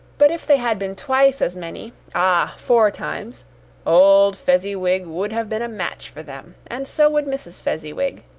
but if they had been twice as many ah, four times old fezziwig would have been a match for them, and so would mrs. fezziwig.